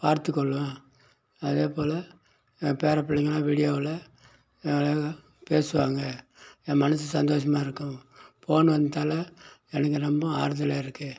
பார்த்துக்கொள்வேன் அதேபோல் என் பேரபிள்ளைகள வீடியோல்ல அழகாக பேசுவாங்க என் மனசு சந்தோஷமாக இருக்கும் போன் வந்ததால் எனக்கு ரொம்ப ஆறுதலாக இருக்கு